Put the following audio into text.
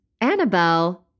Annabelle